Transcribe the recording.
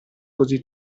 così